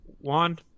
one